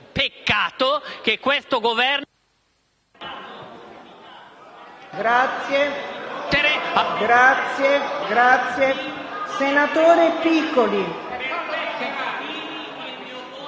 peccato che questo Governo